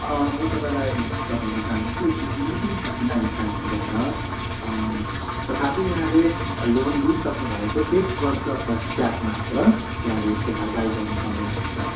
म तपाईँलाई बताउन चाहन्छु यसले कुनै पनि कठिनाई चाहिँ हुँदैन तथापि यहाँले लोन लिइसक्नु भएको एक वर्ष पश्चात मात्र यहाँले यसको भरपाई गर्नुपर्ने हुन्छ